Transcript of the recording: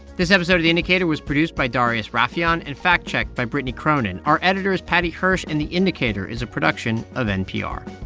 this episode of the indicator was produced by darius rafieyan and fact-checked by brittany cronin. our editor is paddy hirsch, and the indicator is a production of npr